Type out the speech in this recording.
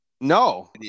No